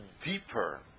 deeper